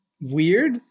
Weird